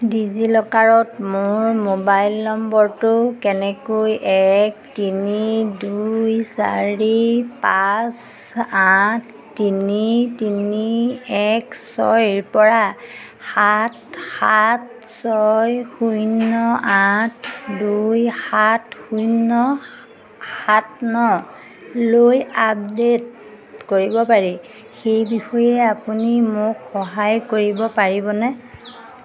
ডিজিলকাৰত মোৰ মোবাইল নম্বৰটো কেনেকৈ এক তিনি দুই চাৰি পাঁচ আঠ তিনি তিনি এক ছয়ৰপৰা সাত সাত ছয় শূন্য আঠ দুই সাত শূন্য সাত নলৈ আপডেট কৰিব পাৰি সেই বিষয়ে আপুনি মোক সহায় কৰিব পাৰিবনে